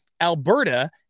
Alberta